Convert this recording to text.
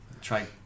try